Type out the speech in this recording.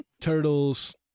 Turtles